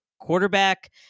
quarterback